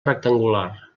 rectangular